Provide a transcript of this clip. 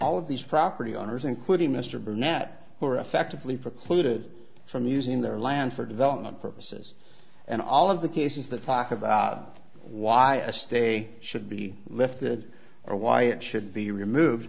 all of these property owners including mr burnett who are effectively precluded from using their land for development purposes and all of the cases that talk about why a stay should be lifted or why it should be removed